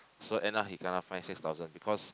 so end up he kena fine six thousand because